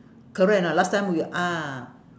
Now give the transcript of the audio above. correct or not last time we ah